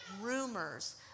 rumors